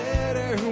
better